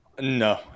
No